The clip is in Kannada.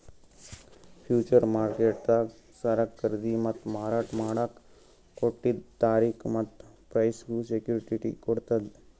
ಫ್ಯೂಚರ್ ಮಾರ್ಕೆಟ್ದಾಗ್ ಸರಕ್ ಖರೀದಿ ಮತ್ತ್ ಮಾರಾಟ್ ಮಾಡಕ್ಕ್ ಕೊಟ್ಟಿದ್ದ್ ತಾರಿಕ್ ಮತ್ತ್ ಪ್ರೈಸ್ಗ್ ಸೆಕ್ಯುಟಿಟಿ ಕೊಡ್ತದ್